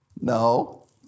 No